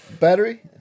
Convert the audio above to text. battery